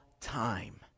time